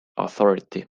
authority